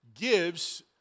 gives